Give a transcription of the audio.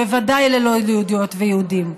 וודאי ללא יהודיות ויהודים.